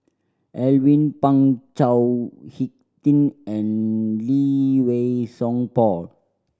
Alvin Pang Chao Hick Tin and Lee Wei Song Paul